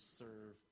serve